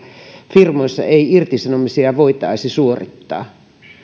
firmoissa ei irtisanomisia voitaisi suorittaa